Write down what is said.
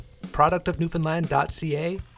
productofnewfoundland.ca